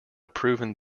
proven